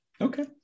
Okay